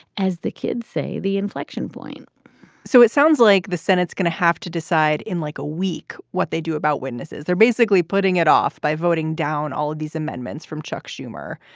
as the kids say, the inflection point so it sounds like the senate's going to have to decide in like a week what they do about witnesses. they're basically putting it off by voting down all of these amendments from chuck schumer.